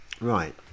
Right